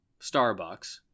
Starbucks